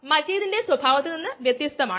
ബോൾട്ടിന്റെ നിർമ്മാണത്തിലെ സ്ഥിരത ഇലാത്ത വശം അതാണ്